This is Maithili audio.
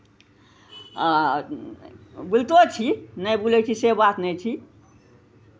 आ बुलितो छी नहि बुलै छी से बात नहि छी